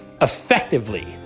effectively